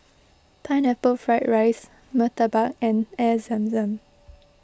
Pineapple Fried Rice Murtabak and Air Zam Zam